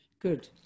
Good